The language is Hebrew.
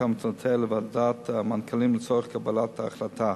המלצותיה לוועדת המנכ"לים לצורך קבלת ההחלטה.